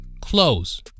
close